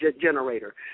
generator